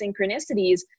synchronicities